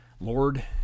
Lord